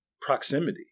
proximity